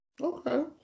Okay